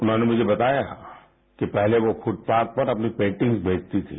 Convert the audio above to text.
उन्होंने मुझे बताया कि पहले वो फुटपाथ पर अपनी पेन्टिंग्स बेचती थी